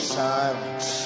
silence